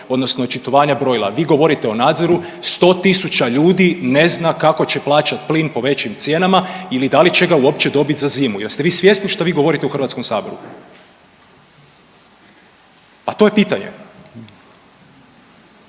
odnosno očitovanja brojila, vi govorite o nadzoru, 100.000 ljudi ne zna kako će plaćati plin po većim cijenama ili da li će ga uopće dobiti za zimu. Jeste vi svjesni šta vi govorite u Hrvatskom saboru? Pa to je pitanje.